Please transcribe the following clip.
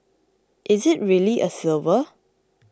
is it really a silver